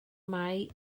mae